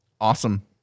Awesome